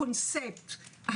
הקונספט,